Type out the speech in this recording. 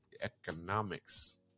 economics